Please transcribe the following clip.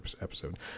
episode